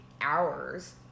hours